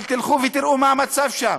אבל תלכו ותראו מה המצב שם.